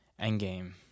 Endgame